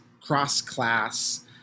cross-class